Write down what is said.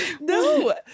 No